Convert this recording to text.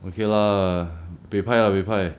okay lah buay pai lah buay pai